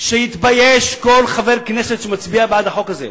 שיתבייש כל חבר כנסת שמצביע בעד החוק הזה.